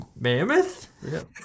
Mammoth